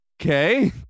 Okay